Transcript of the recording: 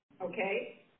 okay